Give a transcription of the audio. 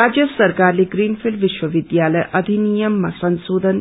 राज्य सरकारले प्रीनफिल्ड विश्वविद्यालय अधिनियममा संश्रोषन